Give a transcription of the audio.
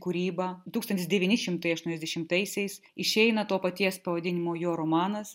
kūrybą tūkstantis devyni šimtai aštuoniasdešimtaisiais išeina to paties pavadinimo jo romanas